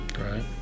Right